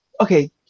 okay